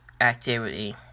activity